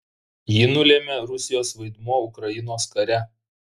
jį nulėmė rusijos vaidmuo ukrainos kare